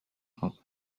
opens